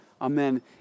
Amen